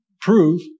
prove